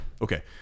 okay